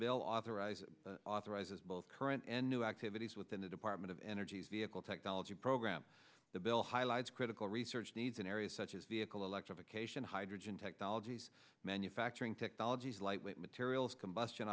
bill authorizes authorizes both current and new activities within the department of energy's vehicle technology program the bill highlights critical research needs in areas such as vehicle electrification hydrogen technologies manufacturing technologies lightweight materials combustion